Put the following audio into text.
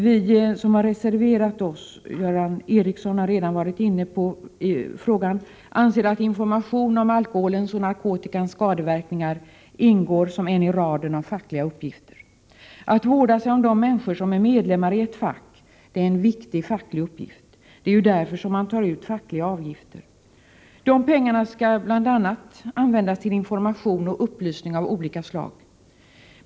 Vi som har reserverat oss — Göran Ericsson har redan varit inne på den frågan — anser att information om alkoholens och narkotikans skadeverkningar ingår som en i raden av fackliga uppgifter. Att vårda sig om de människor som är medlemmar i ett fack är en viktig facklig uppgift. Det är ju därför som man tar ut fackliga avgifter. De pengarna skall bl.a. användas till information och upplysning av olika slag.